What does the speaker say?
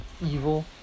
evil